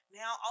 now